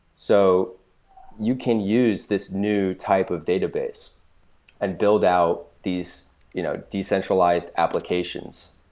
so you can use this new type of database and build out these you know decentralized applications,